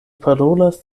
parolas